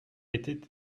était